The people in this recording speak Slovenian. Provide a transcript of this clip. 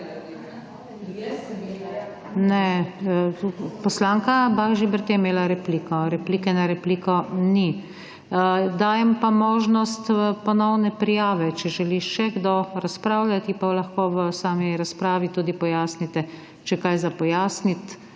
Ne, poslanka Bah Žibert je imela repliko. Replike na repliko ni. Dajem pa možnost ponovne prijave, če želi še kdo razpravljati, in lahko v razpravi pojasnite, če je kaj treba pojasniti.